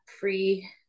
free